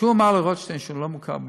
כשהוא אמר לרוטשטיין שהוא לא מקבל,